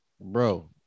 Bro